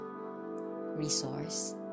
resource